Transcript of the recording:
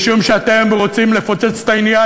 משום שאתם רוצים לפוצץ את העניין,